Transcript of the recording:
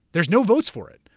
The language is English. there's no votes for it.